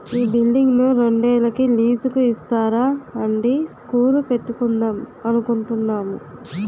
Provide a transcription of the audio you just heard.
ఈ బిల్డింగును రెండేళ్ళకి లీజుకు ఇస్తారా అండీ స్కూలు పెట్టుకుందాం అనుకుంటున్నాము